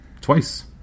Twice